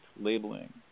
labeling